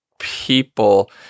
people